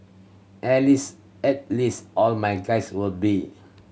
at least at least all my guys will be